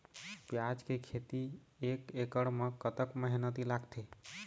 प्याज के खेती एक एकड़ म कतक मेहनती लागथे?